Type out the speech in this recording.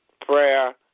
prayer